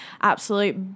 absolute